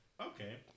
Okay